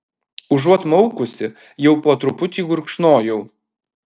užuot maukusi jau po truputį gurkšnojau